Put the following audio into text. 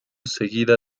seguida